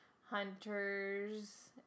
Hunters